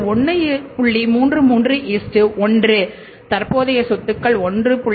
331 தற்போதைய சொத்துக்கள் 1